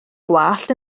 gwallt